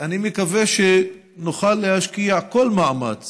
אני מקווה שנוכל להשקיע כל מאמץ